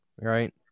Right